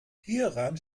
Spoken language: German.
hieran